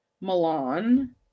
Milan